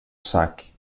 saque